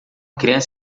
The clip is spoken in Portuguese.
criança